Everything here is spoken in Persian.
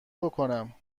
بکنم